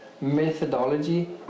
methodology